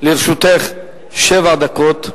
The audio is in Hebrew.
לרשותך שבע דקות.